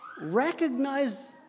Recognize